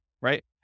right